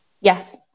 Yes